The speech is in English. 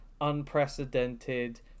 unprecedented